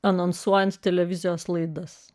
anonsuojant televizijos laidas